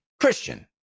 Christian